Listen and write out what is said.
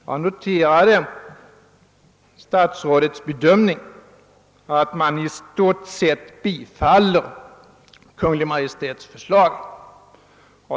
Jag noterade statsrådets bedömning, att utskottet »i stort sett tillstyrker Kungl. Maj:ts förslag».